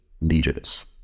leaders